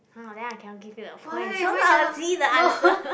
!huh! then I cannot give you the points so lousy the answer